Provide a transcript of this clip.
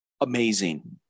Amazing